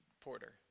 Porter